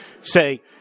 say